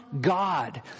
God